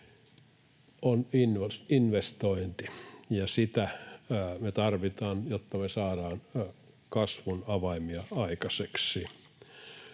on investointi, ja sitä me tarvitaan, jotta me saadaan kasvun avaimia aikaiseksi.